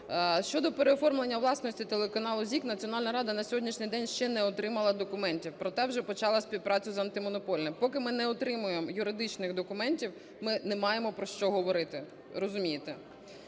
Щодо переоформлення власності телеканалу ZIK, Національна рада на сьогоднішній день ще не отримала документів, проте вже почала співпрацю з Антимонопольним. Поки ми не отримаємо юридичних документів, ми не маємо про що говорити,